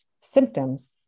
symptoms